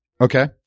Okay